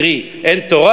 קרי אין תורה,